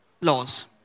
laws